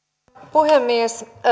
puhemies